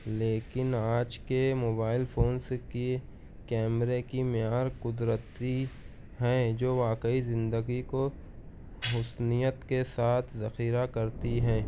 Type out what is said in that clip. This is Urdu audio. لیکن آج کے موبائل فونس کی کیمرے کی معیار قدرتی ہیں جو واقعی زندگی کو حسنیت کے ساتھ ذخیرہ کرتی ہیں